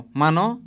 mano